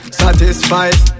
satisfied